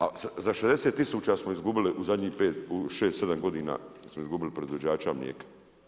A za 60000 smo izgubili u zadnjih 5, 6, 7 godina smo izgubili proizvođača mlijeka.